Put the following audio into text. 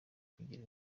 kugira